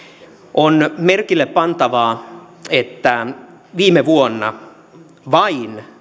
on merkille pantavaa että viime vuonna vain